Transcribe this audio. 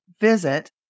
visit